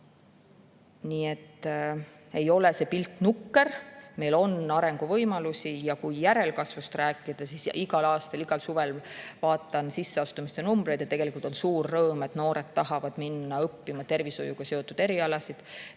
et ei ole see pilt nukker, meil on arenguvõimalusi. Kui järelkasvust rääkida, siis igal aastal, igal suvel vaatan sisseastumiste numbreid ja tegelikult on suur rõõm, et noored tahavad minna õppima tervishoiuga seotud erialadele.